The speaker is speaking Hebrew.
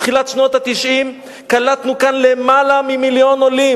תחילת שנות ה-90 קלטנו כאן למעלה ממיליון עולים,